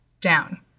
down